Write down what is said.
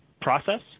process